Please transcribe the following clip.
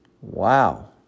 wow